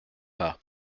pas